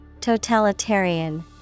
Totalitarian